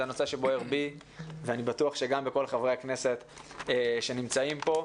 זה הנושא שבוער בי ואני בטוח שגם בכל חברי הכנסת שנמצאים פה.